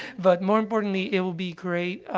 but more importantly, it would be great,